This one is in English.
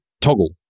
Toggle